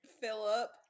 Philip